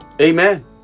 Amen